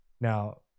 now